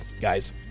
guys